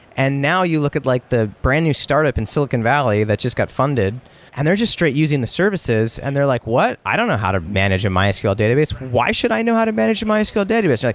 and now you look at like the brand-new startup in silicon valley that just got funded and they're just straight using the services and they're like, what? i don't know how to manage a mysql database. why should i know how to manage a mysql database? like